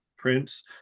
Prince